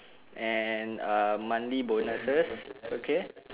and uh monthly bonuses okay